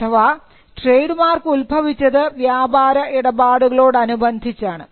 അഥവാ trademark ഉത്ഭവിച്ചത് വ്യാപാര ഇടപാടുകളുടോനുബന്ധിച്ചാണ്